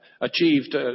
achieved